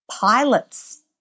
pilots